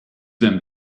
them